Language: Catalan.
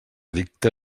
dicta